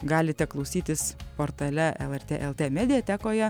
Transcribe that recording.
galite klausytis portale lrt lt mediatekoje